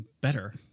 better